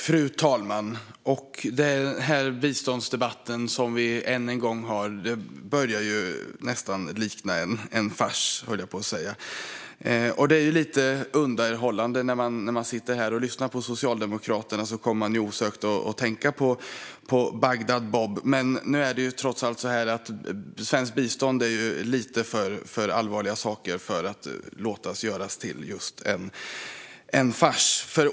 Fru talman! Den här biståndsdebatten börjar nästan likna en fars. Det är lite underhållande. När man sitter här och lyssnar på Socialdemokraterna kommer man osökt att tänka på Bagdad-Bob, men det är trots allt så att svenskt bistånd är alltför allvarliga saker för att låta sig göras till en fars.